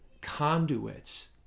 conduits